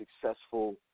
successful